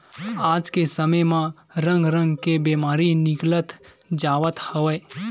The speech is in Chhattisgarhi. आज के समे म रंग रंग के बेमारी निकलत जावत हवय